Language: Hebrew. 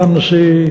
פעם נשיא,